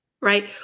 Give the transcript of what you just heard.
right